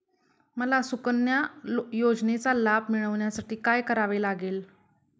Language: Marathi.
मला सुकन्या योजनेचा लाभ मिळवण्यासाठी काय करावे लागेल?